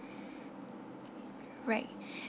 right